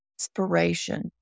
inspiration